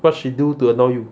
what she do to annoy you